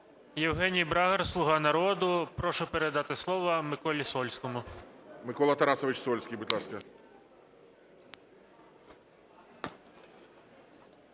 Євгеній Брагар, "Слуга народу". Прошу передати слово Миколі Сольському. ГОЛОВУЮЧИЙ. Микола Тарасович Сольський, будь ласка.